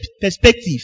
perspective